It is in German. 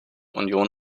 union